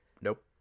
nope